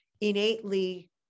innately